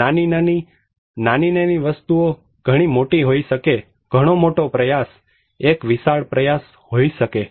નાની નાની નાની નાની વસ્તુઓ ઘણી મોટી હોઈ શકે ઘણો મોટો પ્રયાસ એક વિશાળ પ્રયાસ હોઈ શકે